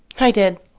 i did.